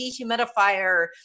dehumidifier